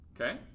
okay